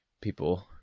people